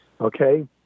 okay